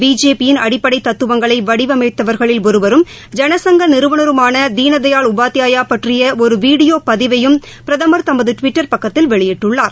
BJP யின் அடிப்படை தத்துவங்களை வடிவமைத்தவர்களில் ஒருவரும் ஜனசங்க நிறுவனருமான தீனதயாள் உபாத்யாயா பற்றிய ஒரு வீடியோ பதிவையும் பிரதமா தமது டுவிட்டர் பக்கத்தில் வெளியிட்டுள்ளார்